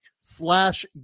slash